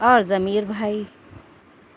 اور ضمیر بھائی